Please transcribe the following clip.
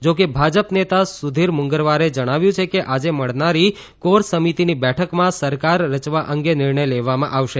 જોકે ભાજપ નેતા સુધીર મુંગરવારે જણાવ્યું કે આજે મળનારી કોર સમિતિની બેઠકમાં સરકાર રચવા અંગે નિર્ણય લેવામાં આવશે